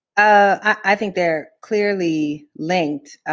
ah i think they're clearly linked,